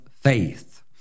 faith